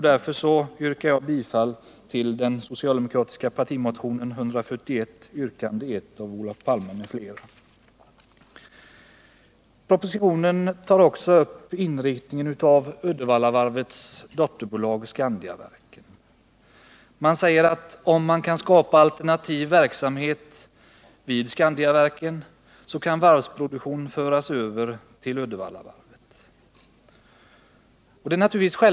Därför yrkar jag bifall till den Propositionen tar också upp inriktningen för Uddevallavarvets dotterbolag Skandiaverken. Det sägs där att om man kan skapa alternativ verksamhet vid Skandiaverken så kan varvsproduktion föras över till Uddevallavarvet.